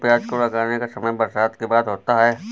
क्या प्याज को लगाने का समय बरसात के बाद होता है?